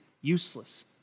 useless